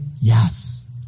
yes